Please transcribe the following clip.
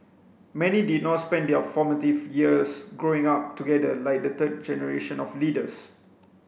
many did not spend their formative years growing up together like the third generation of leaders